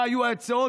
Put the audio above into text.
מה היו העצות?